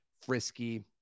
Frisky